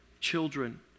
children